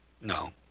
No